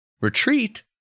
Retreat